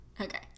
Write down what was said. okay